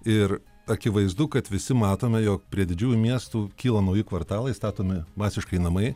ir akivaizdu kad visi matome jog prie didžiųjų miestų kyla nauji kvartalai statomi masiškai namai